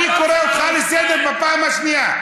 אני קורא אותך לסדר פעם שנייה,